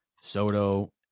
Soto